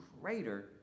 greater